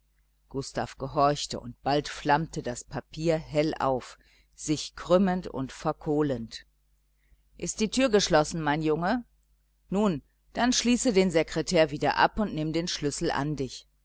gustav gehorchte und bald flammte das papier hell auf sich krümmend und verkohlend ist die tür geschlossen mein junge nun dann schließe den sekretär wieder ab und nimm den schlüssel an dich